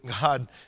God